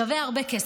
שווה הרבה כסף.